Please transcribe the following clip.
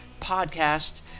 podcast